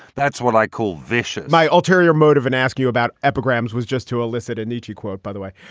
that's what i call vision my ulterior motive and ask you about epigrams was just to elicit a nietzsche quote, by the way.